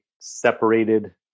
separated